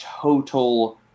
total